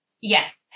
Yes